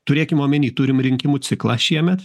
turėkim omeny turim rinkimų ciklą šiemet